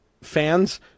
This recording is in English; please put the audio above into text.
fans